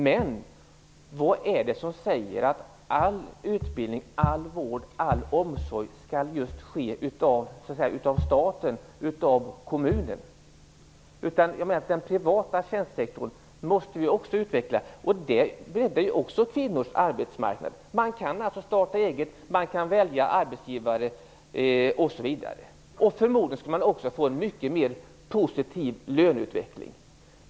Men vad är det som säger att all utbildning, vård och omsorg skall skötas av staten och kommunen? Vi måste utveckla även den privata tjänstesektorn. Det breddar ju också kvinnors arbetsmarknad. Man kan starta eget, man kan välja arbetsgivare osv. Förmodligen skulle man också få en mer positiv löneutveckling.